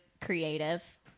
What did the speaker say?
creative